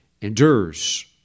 endures